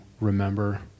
remember